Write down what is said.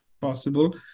possible